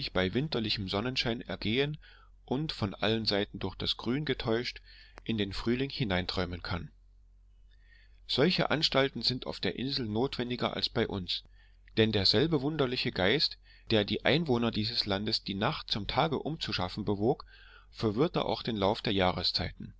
bei winterlichem sonnenschein ergehen und von allen seiten durch das grün getäuscht in den frühling hineinträumen kann solche anstalten sind auf jener insel notwendiger als bei uns denn derselbe wunderliche geist der die einwohner dieses landes die nacht zum tage umzuschaffen bewog verwirrte auch den lauf der jahreszeiten